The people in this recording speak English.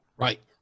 Right